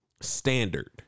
standard